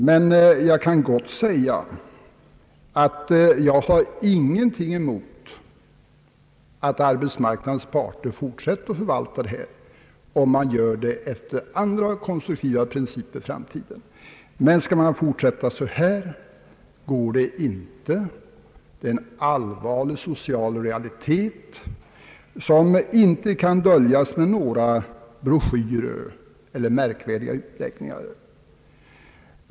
Men jag kan gott säga, att jag ingenting har emot att arbetsmarknadens parter fortsätter att förvalta sina uppgifter, om de gör det efter andra och mera konstruktiva principer i framtiden. Skall de fortsätta som hittills, så anser jag dem inte skickade att lösa uppgifterna. Det är en allvarlig social realitet, som inte kan döljas med några broschyrer eller märkvärdiga utläggningar.